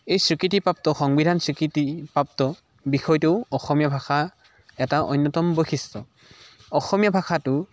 এই স্ৱীকৃতিপ্ৰাপ্ত সংবিধান স্ৱীকৃতিপ্ৰাপ্ত বিষয়টো অসমীয়া ভাষা এটা অন্যতম বৈশিষ্ট্য় অসমীয়া ভাষাটো